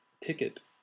ticket